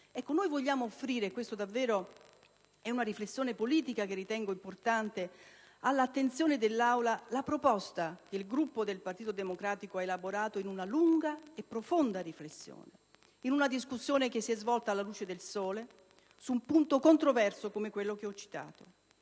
Noi vogliamo offrire - questa è una riflessione politica che ritengo importante - all'attenzione dell'Aula la proposta che il Gruppo del Partito Democratico ha elaborato in una lunga e profonda riflessione, in una discussione che si è svolta alla luce del sole, su un punto controverso come quello che ho citato.